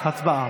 הצבעה.